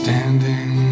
Standing